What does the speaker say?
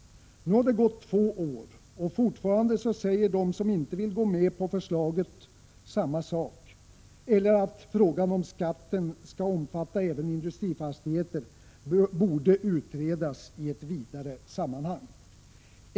Nu har det gått två år, och fortfarande säger de som nu inte vill gå med på förslaget samma sak, eller att frågan om skatten skall omfatta även industrifastigheter borde utredas i ett vidare sammanhang.